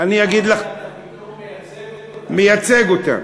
איך אתה פתאום מייצג אותם.